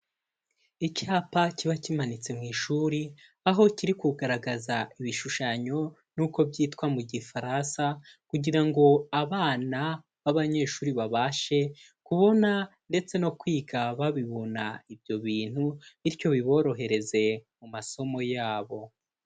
Icyapa kiba kimanitse mu ishuri aho kiri kugaragaza ibishushanyo n'uko byitwa mu Gifaransa kugira ngo abana b'abanyeshuri babashe kubona ndetse no kwiga babibona ibyo bintu, bityo biborohereze mu masomo yabo.